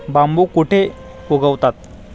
बांबू कुठे उगवतात?